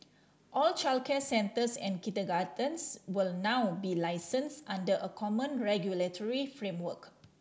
all childcare centres and kindergartens will now be licensed under a common regulatory framework